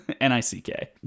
N-I-C-K